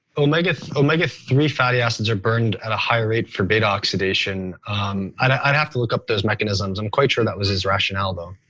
omega omega three fatty acids are burned at a higher rate for beta-oxidation. i'd have to look up those mechanisms. i'm quite sure that was his rationale though.